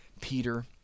Peter